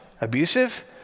Abusive